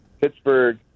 Pittsburgh